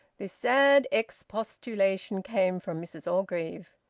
this sad expostulation came from mrs orgreave.